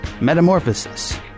Metamorphosis